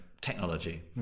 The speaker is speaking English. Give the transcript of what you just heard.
technology